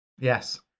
Yes